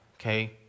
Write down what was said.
Okay